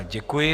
Děkuji.